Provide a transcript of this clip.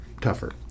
tougher